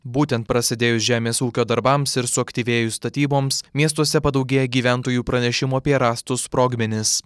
būtent prasidėjus žemės ūkio darbams ir suaktyvėjus statyboms miestuose padaugėja gyventojų pranešimų apie rastus sprogmenis